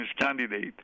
candidate